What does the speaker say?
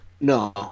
No